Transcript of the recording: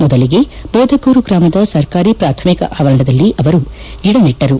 ಮೊದಲಿಗೆ ಬೋದಗೂರು ಗ್ರಾಮದ ಸರ್ಕಾರಿ ಪ್ರಾಥಮಿಕ ಶಾಲಾ ಆವರಣದಲ್ಲಿ ಗಿಡನೆಟ್ಟರು